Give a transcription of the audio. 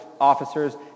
officers